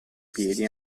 piedi